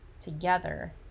together